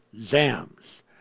Zams